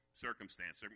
Circumstance